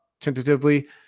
tentatively